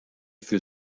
für